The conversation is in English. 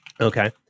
Okay